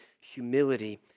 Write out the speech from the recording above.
humility